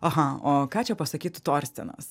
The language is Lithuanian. aha o ką čia pasakytų torstenas